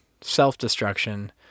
self-destruction